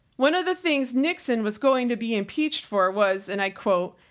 one of the things nixon was going to be impeached for was, and i quote,